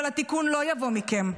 אבל התיקון לא יבוא מכם.